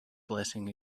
blessing